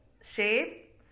shape